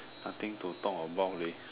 nothing to talk about leh